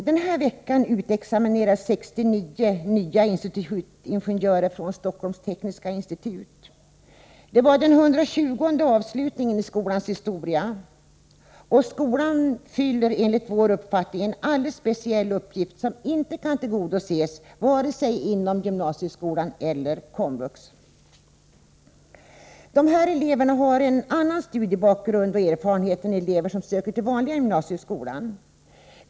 Denna vecka utexamineras 69 ingenjörer från Stockholms tekniska institut. Det var den 120:e avslutningen i skolans historia. Skolan fyller, enligt vår uppfattning, en alldeles speciell uppgift, som inte kan tillgodoses vare sig inom gymnasieskolan eller komvux. Dessa elever har en annan studiebakgrund och erfarenhet än elever som söker till den vanliga gymnasieskolan.